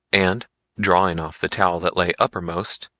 and drawing off the towel that lay uppermost,